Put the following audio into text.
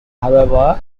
however